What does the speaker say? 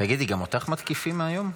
תגידי, גם אותך מתקיפים היום?